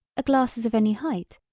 a glass is of any height,